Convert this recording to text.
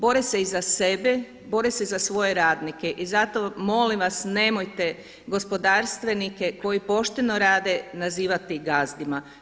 Bore se i za sebe, bore se za svoje radnike i zato molim vas nemojte gospodarstvenike koji pošteno rade nazivati gazdima.